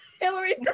Hillary